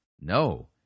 no